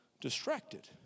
distracted